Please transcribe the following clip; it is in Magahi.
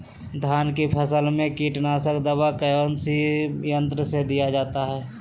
धान की फसल में कीटनाशक दवा कौन सी यंत्र से दिया जाता है?